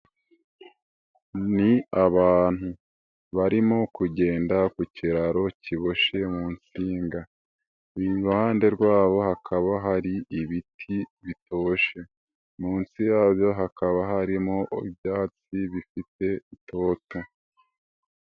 Ni abantu barimo kugenda ku kiraro kiboshye mu nsinga, iruhande rwabo hakaba hari ibiti bitoshe, munsi yabo hakaba harimo ibyatsi bifite itoto.